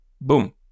boom